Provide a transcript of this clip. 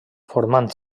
formant